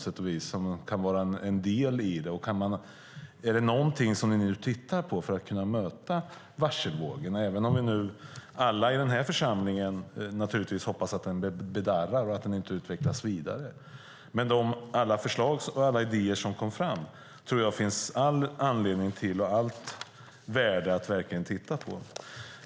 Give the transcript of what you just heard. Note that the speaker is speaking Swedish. Är det någonting som ni nu tittar på för att kunna möta varselvågen? Alla hoppas vi i den här församlingen att varselvågen bedarrar och inte utvecklas vidare, men de förslag och idéer som kom fram tror jag att det finns all anledning att titta på.